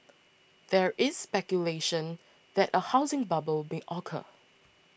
there is speculation that a housing bubble may occur